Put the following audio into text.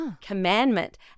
commandment